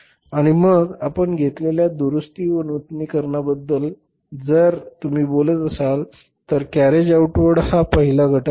आणि मग आपण घेतलेल्या दुरुस्ती व नूतनीकरणाबद्दल जर तुम्ही बोलत असाल तर कॅरेज आऊटवर्ड हा पहिला घटक आहे